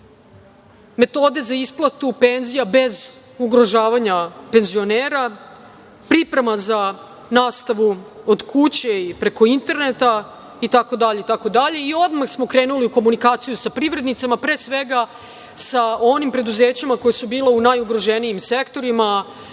metode za isplatu penzija bez ugrožavanja penzionera, priprema za nastavu od kuće i preko interneta itd. Odmah smo krenuli u komunikaciju sa privrednicima, pre svega sa onim preduzećima koja su bila u najugroženijim sektorima.